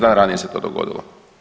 dana ranije se to dogodilo.